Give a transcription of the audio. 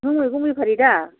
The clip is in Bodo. नों मैगं बेफारि दा